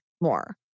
more